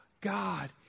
God